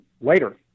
later